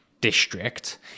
District